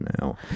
now